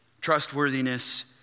Trustworthiness